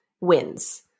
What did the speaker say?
wins